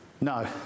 No